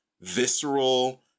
visceral